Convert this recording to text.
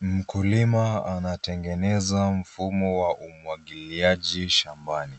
Mkulima anatengeneza mfumo wa umwagiliaji shambani.